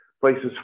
places